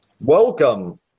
welcome